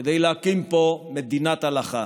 כדי להקים פה מדינת הלכה.